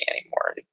anymore